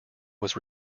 was